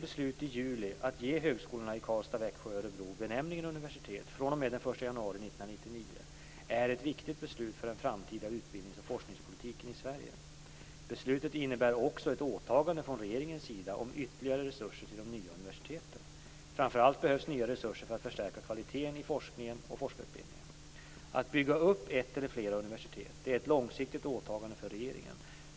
Karlstad, Växjö och Örebro benämningen universitet fr.o.m. den 1 januari 1999 är ett viktigt beslut för den framtida utbildnings och forskningspolitiken i Sverige. Beslutet innebär också ett åtagande från regeringens sida om ytterligare resurser till de nya universiteten. Framför allt behövs nya resurser för att förstärka kvaliteten i forskningen och forskarutbildningen. Att bygga upp ett eller flera universitet är ett långsiktigt åtagande för regeringen.